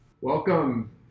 Welcome